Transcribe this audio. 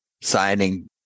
signing